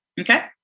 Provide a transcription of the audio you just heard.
Okay